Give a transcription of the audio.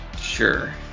Sure